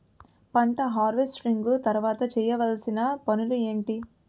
పంట హార్వెస్టింగ్ తర్వాత చేయవలసిన పనులు ఏంటి?